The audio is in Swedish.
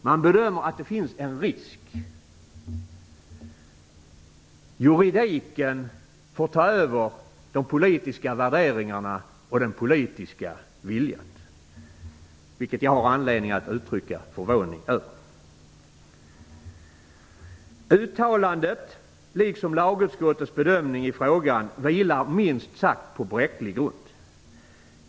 Man bedömer att det finns en risk. Juridiken får ta över de politiska värderingarna och den politiska viljan, vilket jag har anledning att uttrycka förvåning över. Uttalandet liksom lagutskottets bedömning i frågan vilar minst sagt på bräcklig grund.